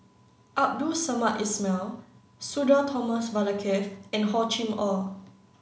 Abdul Samad Ismail Sudhir Thomas Vadaketh and Hor Chim Or